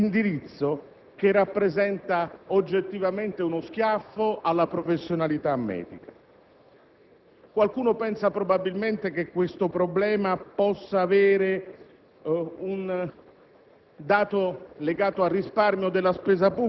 attraverso un indirizzo che rappresenta oggettivamente uno schiaffo alla professionalità medica. Qualcuno pensa probabilmente che questo problema possa essere